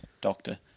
doctor